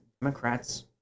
Democrats